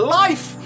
life